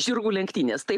žirgų lenktynės taip